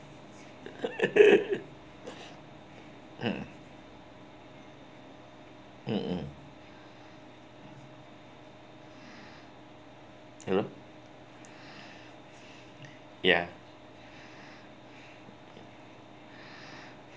mm mmhmm ya lor ya